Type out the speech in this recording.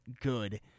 good